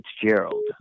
Fitzgerald